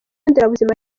nderabuzima